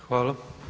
Hvala.